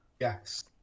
Yes